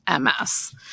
MS